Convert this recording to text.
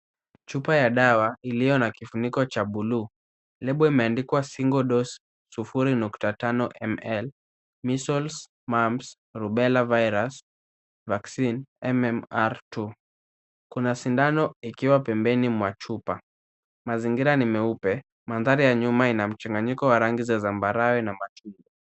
Chupa ya dawa iliyo na kifuniko cha buluu. Lebo imeandikwa single dose , 0.5ml, Measles, Mumps, Rubella virus vaccine ,MMR 2. Kuna sindano ikiwa pembeni. Mazingira ni meupe, mandhari ya nyuma ina mchanganyiko wa rangi za zambarau na machungwa.